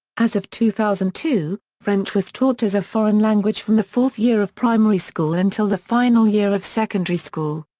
as of two thousand and two, french was taught as a foreign language from the fourth year of primary school until the final year of secondary school.